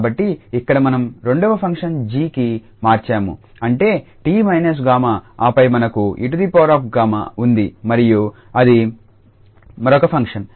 కాబట్టి ఇక్కడ మనం రెండవ ఫంక్షన్ 𝑔కి మార్చాము అంటే 𝑡−𝜏 ఆపై మనకు 𝑒𝜏 ఉంది మరియు ఇది మరొక ఫంక్షన్